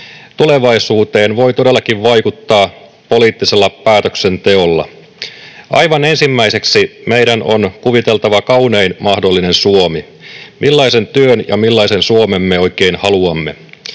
Tulevaisuuteen voi todellakin vaikuttaa poliittisella päätöksenteolla. Aivan ensimmäiseksi meidän on kuviteltava kaunein mahdollinen Suomi. Millaisen työn ja millaisen Suomen me oikein haluamme?